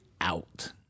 out